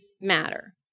matter